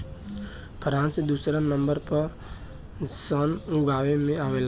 France दुसर number पर सन उगावे में आवेला